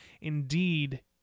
indeed